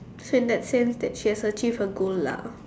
since that since that she has achieved her goal lah